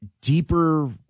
Deeper